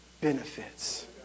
benefits